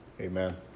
Amen